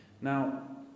Now